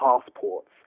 passports